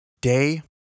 Day